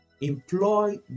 Employ